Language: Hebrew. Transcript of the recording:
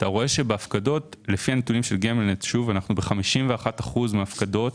אתה רואה שאנחנו נמצאים ב-51% מההפקדות,